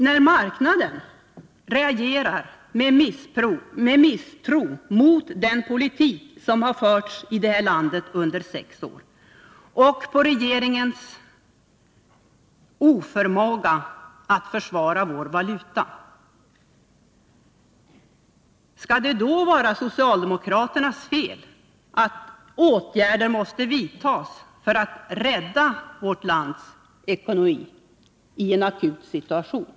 När marknaden reagerar med misstro mot den politik som har förts i detta land under sex år och mot regeringens oförmåga att försvara vår valuta, skall det då vara socialdemokraternas fel att åtgärder måste vidtas för att rädda vårt lands ekonomi i en akut situation?